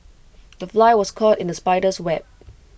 the fly was caught in the spider's web